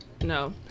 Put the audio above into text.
No